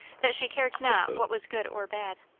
that she cared not what was good or bad.